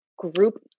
Group